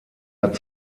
hat